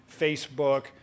Facebook